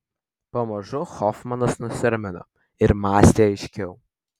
pamažu hofmanas nusiramino ir mąstė aiškiau